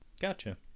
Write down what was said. Gotcha